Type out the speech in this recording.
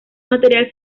material